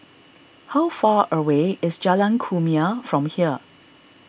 how far away is Jalan Kumia from here